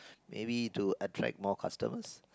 maybe to attract more customers